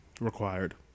required